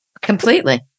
completely